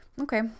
Okay